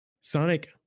Sonic